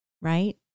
right